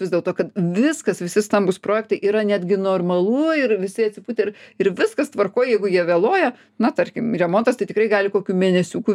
vis dėlto kad viskas visi stambūs projektai yra netgi normalu ir visi atsipūtę ir ir viskas tvarkoj jeigu jie vėluoja na tarkim remontas tai tikrai gali kokiu mėnesiuku